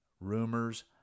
rumors